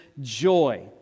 joy